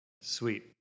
Sweet